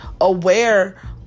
aware